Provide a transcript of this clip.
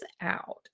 out